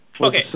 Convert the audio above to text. Okay